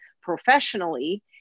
professionally